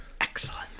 Excellent